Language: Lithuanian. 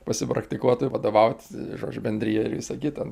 pasipraktikuotų vadovaut žodžiu bendrijai ir visa kita